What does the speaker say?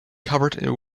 covered